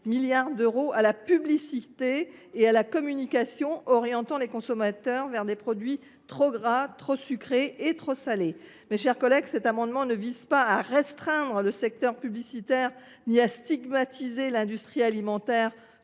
milliards d’euros à la publicité et à la communication, orientant les consommateurs vers des produits trop gras, trop sucrés et trop salés. Mes chers collègues, contrairement à ce que j’ai entendu, mon amendement vise non pas à restreindre le secteur publicitaire ou à stigmatiser l’industrie alimentaire